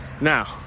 now